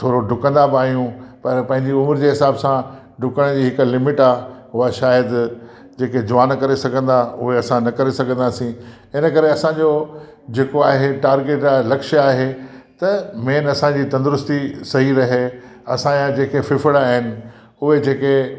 थोरो डुकंदा बि आहियूं पर पंहिंजी उमिरि जे हिसाब सां डुकण जी हिकु लिमिट आहे उहा शायदि जेके जवान करे सघंदा उहे असां न करे सघंदासीं इन करे असांजो जेको आहे टार्गेट आहे लक्ष्य आहे त मेन असांजी तंदुरुस्ती सही रहे असांजा जेके फिफड़ आहिनि उहे जेके